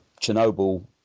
chernobyl